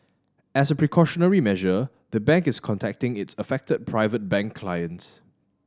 as a precautionary measure the bank is contacting its affected Private Bank clients